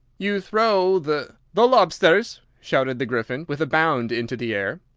you throw the the lobsters! shouted the gryphon, with a bound into the air.